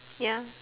ya